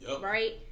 right